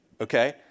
okay